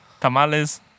tamales